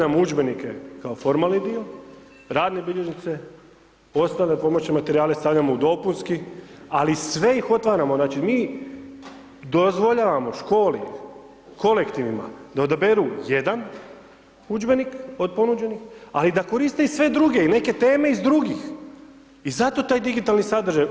udžbenike kao formalni dio, radne bilježnice, ostale pomoćne materijale stavljamo u dopunski, ali sve ih otvaramo, znači mi dozvoljavamo školi, kolektivima da odaberu jedan udžbenik od ponuđenih ali i da koriste sve druge i neke teme iz drugih i zato taj digitalni sadržaj.